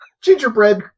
Gingerbread